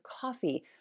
coffee